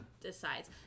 decides